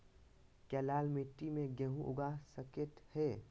क्या लाल मिट्टी में गेंहु उगा स्केट है?